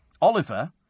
Oliver